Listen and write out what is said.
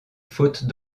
faute